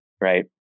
right